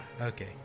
Okay